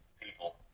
people